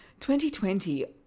2020